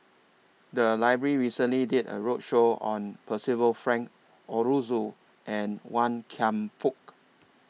The Library recently did A roadshow on Percival Frank Aroozoo and Wan Kam Fook